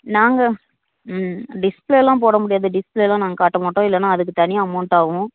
நாங்கள் ம் டிஸ்பிளே எல்லாம் போட முடியாது டிஸ்பிளே எல்லாம் நாங்கள் காட்ட மாட்டோம் இல்லைனா அதற்கு தனி அமௌன்ட் ஆவும்